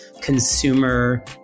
consumer